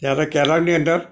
ત્યારે કેરમની અંદર